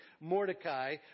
Mordecai